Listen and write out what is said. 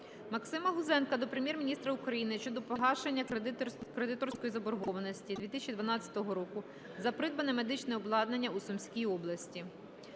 Максима Гузенка до Прем'єр-міністра України щодо погашення кредиторської заборгованості 2012 року за придбане медичне обладнання у Сумській області.